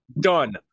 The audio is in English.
done